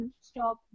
stop